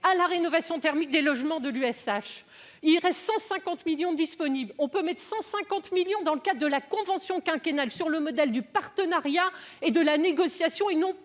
à la rénovation thermique des logements de l'USH, il reste 150 millions disponibles, on peut mettre 150 millions dans le cadre de la convention quinquennale, sur le modèle du partenariat et de la négociation et non